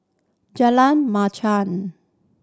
Jalan Machang